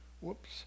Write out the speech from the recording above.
Whoops